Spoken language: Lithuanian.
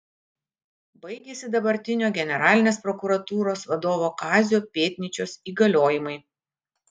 baigiasi dabartinio generalinės prokuratūros vadovo kazio pėdnyčios įgaliojimai